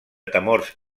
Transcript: temors